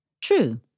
True